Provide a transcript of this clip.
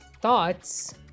thoughts